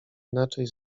inaczej